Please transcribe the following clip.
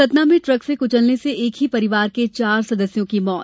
सतना में ट्रक से क्चलने से एक ही परिवार के चार सदस्यों की मौत